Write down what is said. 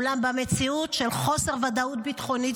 אולם במציאות של חוסר ודאות ביטחונית